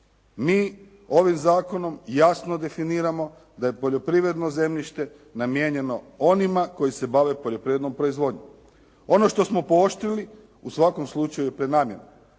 Mi ovim zakonom jasno definiramo da je poljoprivredno zemljište namijenjeno onima koji se bave poljoprivrednom proizvodnjom. Ono što smo pooštrili u svakom slučaju je prenamjena